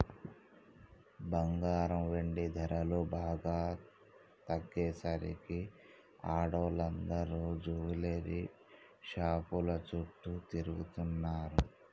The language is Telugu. బంగారం, వెండి ధరలు బాగా తగ్గేసరికి ఆడోళ్ళందరూ జువెల్లరీ షాపుల చుట్టూ తిరుగుతున్నరు